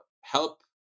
help